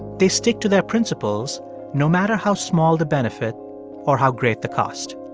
they stick to their principles no matter how small the benefit or how great the cost.